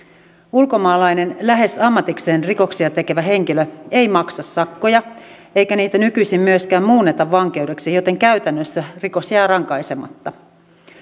ulkomaalainen lähes ammatikseen rikoksia tekevä henkilö ei maksa sakkoja eikä niitä nykyisin myöskään muunneta vankeudeksi joten käytännössä rikos jää rankaisematta